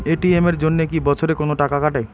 ATM এর জন্যে কি বছরে কোনো টাকা কাটে?